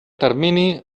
termini